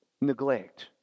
Neglect